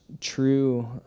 true